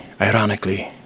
ironically